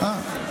אה,